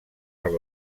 per